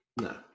No